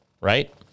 right